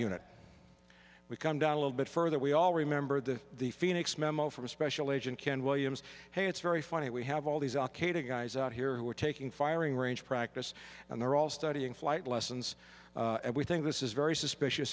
unit we come down a little bit further we all remember the the phoenix memo from special agent ken williams hey it's very funny we have all these al qaeda guys out here who are taking firing range practice and they're all studying flight lessons and we think this is very suspicious